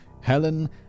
Helen